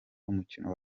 umukino